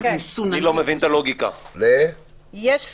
בא במגע הדוק עם חולה מאומת או שיש חשש